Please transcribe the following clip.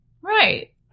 Right